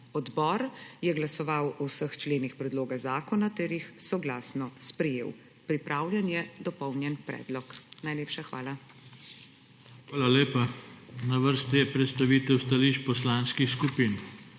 Odbor je glasoval o vseh členih predloga zakona ter jih soglasno sprejel. Pripravljen je dopolnjen predlog. Najlepša hvala. PODPREDSEDNIK JOŽE TANKO: Hvala lepa. Na vrsti je predstavitev stališč poslanskih skupin.